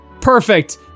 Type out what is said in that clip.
perfect